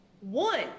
one